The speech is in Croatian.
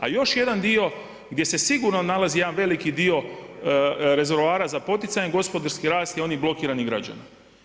A još jedan dio gdje se sigurno nalazi jedan veliki dio rezervoara za poticajni gospodarski rast je onih blokiranih građana.